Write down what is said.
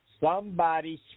somebody's